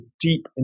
deep